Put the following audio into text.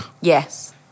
Yes